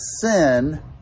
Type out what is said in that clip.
sin